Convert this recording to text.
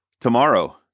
Tomorrow